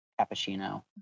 cappuccino